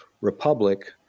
republic